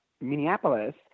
Minneapolis